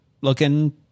looking